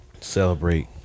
Celebrate